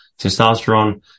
testosterone